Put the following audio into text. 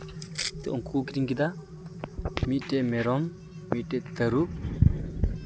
ᱛᱚ ᱩᱱᱠᱩ ᱠᱚ ᱟᱹᱠᱷᱨᱤᱧ ᱠᱮᱫᱟ ᱢᱤᱫᱴᱮᱡ ᱢᱮᱨᱚᱢ ᱢᱤᱫᱴᱮᱡ ᱛᱟᱨᱩᱵᱽ